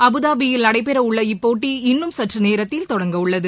அபுதாபியில் நடைபெறஉள்ள இப்போட்டி இன்னும் சற்றநேரத்தில் தொடங்க உள்ளது